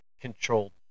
controlled